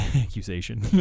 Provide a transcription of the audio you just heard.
Accusation